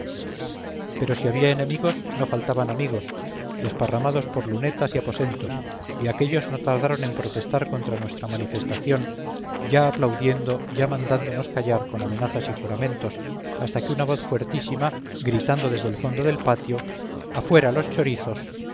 pero si había enemigos no faltaban amigos desparramados por lunetas y aposentos y aquéllos no tardaron en protestar contra nuestra manifestación ya aplaudiendo ya mandándonos callar con amenazas y juramentos hasta que una voz fuertísima gritando desde el fondo del patio afuera los chorizos